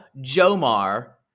Jomar